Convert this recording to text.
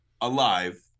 alive